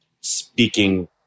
speaking